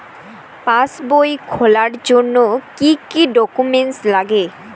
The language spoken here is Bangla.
পাসবই খোলার জন্য কি কি ডকুমেন্টস লাগে?